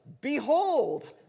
behold